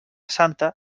santa